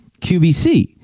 QVC